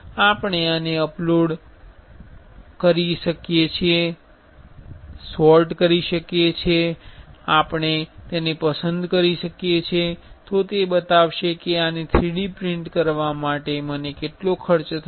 આપણે આને upload date તરીકે સોર્ટ કરી શકીએ છીએ અને જો આપણે તેને પસંદ કરીએ તો તે બતાવશે કે આને 3D પ્રિંટ કરવામાં મને કેટલો ખર્ચ થશે